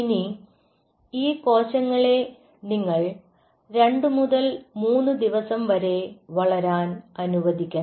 ഇനി ഈ കോശങ്ങളെ നിങ്ങൾ 2 മുതൽ 3 ദിവസം വരെ വളരാൻ അനുവദിക്കണം